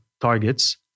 targets